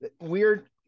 Weird